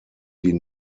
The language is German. die